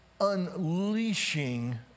unleashing